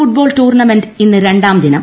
football tournament ഇന്ന് രണ്ടാം ദിനം